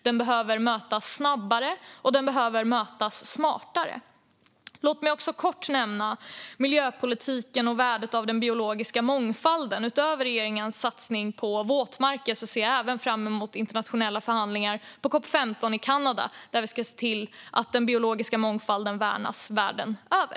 Den behöver mötas snabbare och smartare. Låt mig också kort nämna miljöpolitiken och värdet av den biologiska mångfalden. Utöver regeringens satsning på våtmarker ser jag även fram emot internationella förhandlingar på COP 15 i Kanada, där vi ska se till att den biologiska mångfalden värnas världen över.